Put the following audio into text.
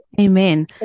Amen